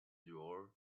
door